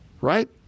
right